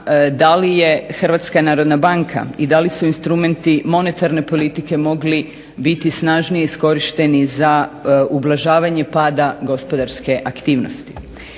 da li je Hrvatska narodna banka i da li su instrumenti monetarne politike mogli biti snažnije iskorišteni za ublažavanje pada gospodarske aktivnosti.